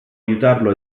aiutarlo